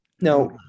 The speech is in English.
now